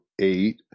eight